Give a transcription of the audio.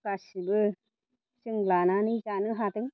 गासिबो जों लानानै जानो हादों